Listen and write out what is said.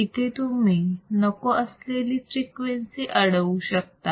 इथे तुम्ही नको असलेली फ्रिक्वेन्सी अडवू शकता